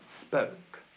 spoke